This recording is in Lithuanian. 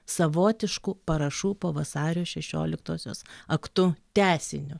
savotišku parašų po vasario šešioliktosios aktu tęsiniu